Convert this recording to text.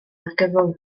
argyfwng